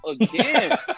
again